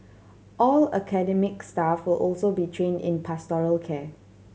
all academic staff will also be trained in pastoral care